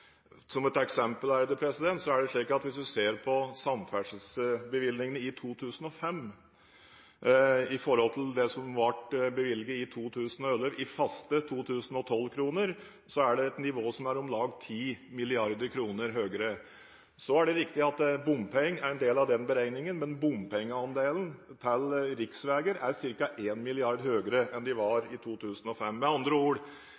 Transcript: forhold til det som ble bevilget i 2011, i faste 2012-kroner, så er nivået om lag 10 mrd. kr høyere. Det er riktig at bompenger er en del av den beregningen, men bompengeandelen til riksveier er ca. 1 mrd. kr høyere enn de var i 2005. Med andre ord